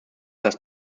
dass